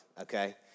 okay